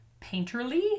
painterly